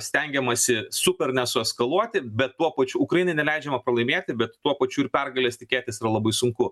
stengiamasi super nesueskaluoti bet tuo pačiu ukrainai neleidžiama pralaimėti bet tuo pačiu ir pergalės tikėtis yra labai sunku